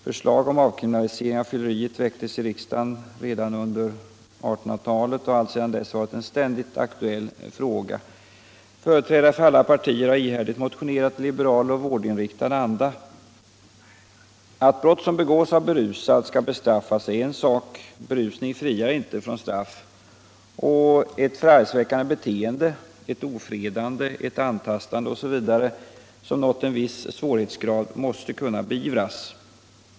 Förslag om avkriminalisering av fylleriet väcktes i riksdagen redan under 1800-talet och har alltsedan dess varit en ständigt aktucl fråga. Företrädare för alla partier har ihärdigt motionerat i liberal och vårdinriktad anda. Att brott som begås av berusad skall bestraffas är en sak. Berusningen befriar inte från straff. Ett förargelseväckande beteende, ett ofredande, ett antastande osv. som nål! en viss svårighetsgrad måste kunna beivras.